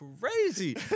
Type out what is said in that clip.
crazy